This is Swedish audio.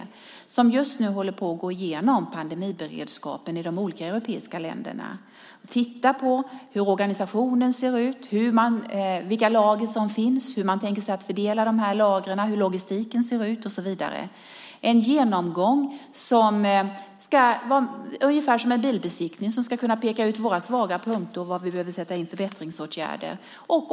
De håller just nu på att gå igenom pandemiberedskapen i de olika europeiska länderna. Det tittar på hur organisationen ser ut, vilka lager som finns, hur lagren är tänkta att fördelas, hur logistiken ser ut med mera. Det blir en genomgång, ungefär som en bilbesiktning, där man pekar på de svaga punkterna och var vi behöver sätta in förbättringsåtgärder.